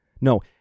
No